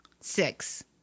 six